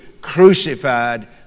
crucified